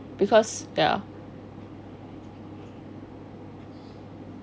because ya